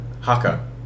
haka